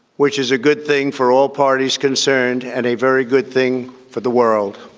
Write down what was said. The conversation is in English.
which is a good thing for all parties concerned and a very good thing for the world.